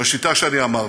בשיטה שאני אמרתי,